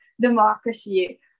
democracy